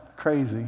crazy